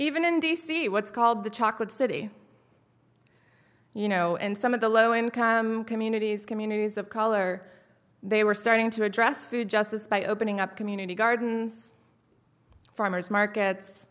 even in d c what's called the chocolate city you know in some of the low income communities communities of color they were starting to address food justice by opening up community gardens farmers markets